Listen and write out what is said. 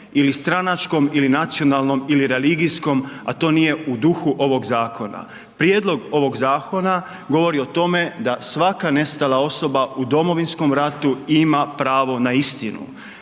ili stranačkom, ili nacionalnom, ili religijskom, a to nije u duhu ovog zakona. Prijedlog ovog zakona govori o tome da svaka nestala osoba u Domovinskom ratu ima pravo na istinu,